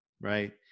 Right